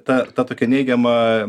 ta ta tokia neigiama